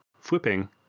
flipping